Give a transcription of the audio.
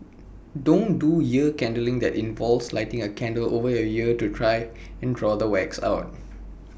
don't do ear candling that involves lighting A candle over your ear to try and draw the wax out